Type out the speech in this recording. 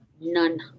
None